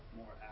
more